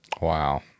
Wow